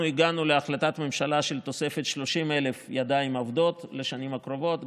אנחנו הגענו להחלטת ממשלה על תוספת 30,000 ידיים עובדות לשנים הקרובות,